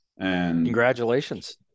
Congratulations